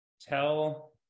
Tell